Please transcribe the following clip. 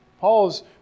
Paul's